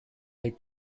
lake